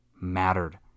mattered